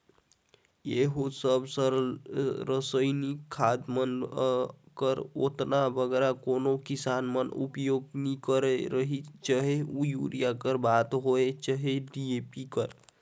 इहों सब रसइनिक खाद मन कर ओतना बगरा कोनो किसान मन उपियोग नी करत रहिन चहे यूरिया कर बात होए चहे डी.ए.पी कर